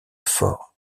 for